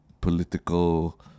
political